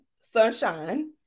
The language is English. Sunshine